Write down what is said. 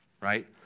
Right